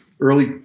early